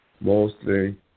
mostly